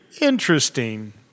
interesting